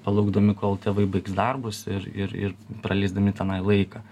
palaukdami kol tėvai baigs darbus ir ir ir praleisdami tenai laiką